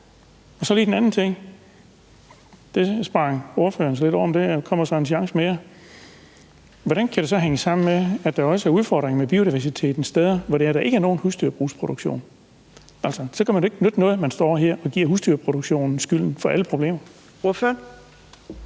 er der lige den anden ting. Det sprang ordføreren lidt over, men der kommer en chance mere: Hvordan kan det så hænge sammen med, at der også er udfordringer med biodiversiteten på steder, hvor der ikke er nogen husdyrproduktion? Så kan det jo ikke nytte noget, at man står her og giver husdyrproduktionen skylden for alle problemer. Kl.